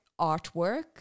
artwork